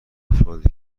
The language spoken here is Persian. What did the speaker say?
افرادی